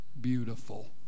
beautiful